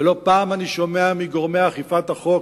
לא פעם אני שומע מגורמי אכיפת החוק,